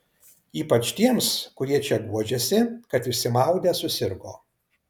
ypač tiems kurie čia guodžiasi kad išsimaudę susirgo